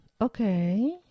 Okay